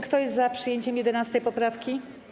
Kto jest za przyjęciem 11. poprawki?